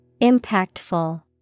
Impactful